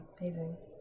Amazing